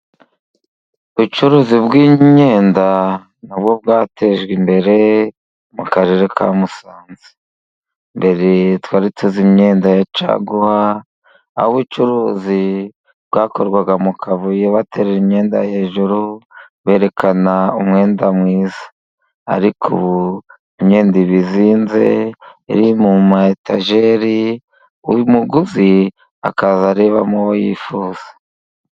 Ubucuruzi bw'imyenda na bwo bwatejwe imbere mu Karere ka Musanze. Mbere twari tuzi immyenda ya caguwa, aho ubucuruzi bwakorwaga mu kavuyo baterera imyenda hejuru, berekana umwenda mwiza. Ariko ubu imyenda iba izinze iri mu matayetajeri, umuguzi akaza arebamo uwo yifuza.